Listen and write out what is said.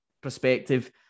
perspective